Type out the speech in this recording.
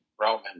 Roman